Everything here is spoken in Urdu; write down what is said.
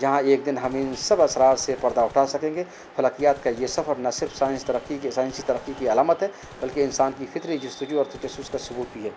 جہاں ایک دن ہمیں ان سب اثرار سے پردہ اٹھا سکیں گے فلکیات کا یہ سفر نہ صرف سائنس ترقی کی سائنسی ترقی کی علامت ہے بلکہ انسان کی فطری جسستجو اور تجسس کا ثبوت بھی ہے